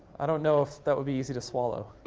i don't know if that would be easy to swallow.